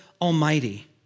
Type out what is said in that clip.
Almighty